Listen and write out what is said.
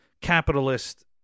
capitalist